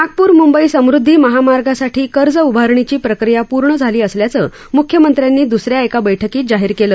नागपूर मुंबई समृदधी महामार्गासाठी कर्ज उभारणीची प्रक्रीया पूर्ण झाली असल्याचं मुख्यमंत्र्यांनी द्स या एका बैठकीत जाहीर केलं